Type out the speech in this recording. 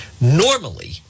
Normally